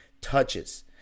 touches